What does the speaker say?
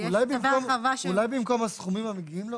אולי במקום הסכומים המגיעים לו